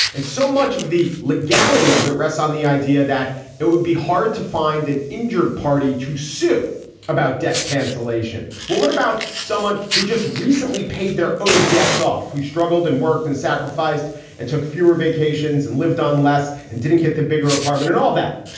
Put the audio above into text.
and so much of the legality of it rests on the idea that it would be hard to find an injured party to sue about debt cancellation. well, what about someone who just recently paid their own debts off, who struggled and worked and sacrificed sacrificed and took fewer vacations and lived on less and didn't get the bigger apartment and all that?